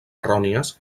errònies